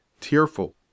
tearful